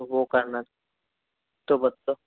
वो करना तो मतलब